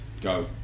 Go